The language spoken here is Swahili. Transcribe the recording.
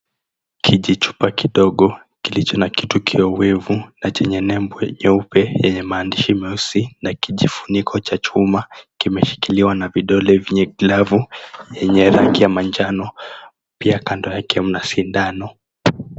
Kijichupa kidogo kilicho na kitukio wevu na chenye nembo nyeupe yenye maandishi meusi na kijifuniko cha chuma kimeshikiliwa na vidole vyenye glavu yenye rangi ya manjano. Pia kando yake mna sindano.